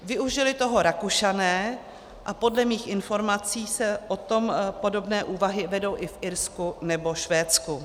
Využili toho Rakušané a podle mých informací se o tom podobné úvahy vedou i v Irsku nebo Švédsku.